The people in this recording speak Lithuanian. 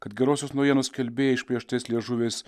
kad gerosios naujienos skelbėjai išplėštais liežuviais